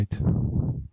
right